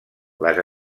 les